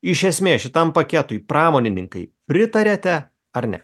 iš esmės šitam paketui pramonininkai pritariate ar ne